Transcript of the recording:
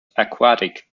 aquatic